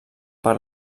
per